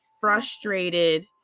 frustrated